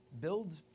build